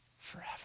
Forever